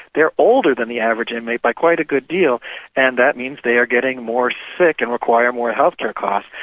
they're older than the average inmate by quite a good deal and that means they are getting more sick and require more health care costs.